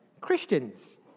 Christians